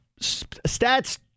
stats